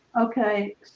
Okay